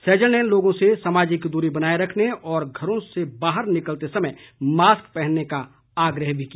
सैजल ने लोगों से सामाजिक दूरी बनाए रखने और घरों से बाहर निकलते समय मास्क पहनने का आग्रह भी किया